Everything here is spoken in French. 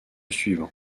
suivant